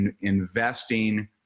investing